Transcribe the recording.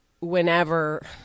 whenever